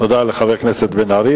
תודה לחבר הכנסת בן-ארי.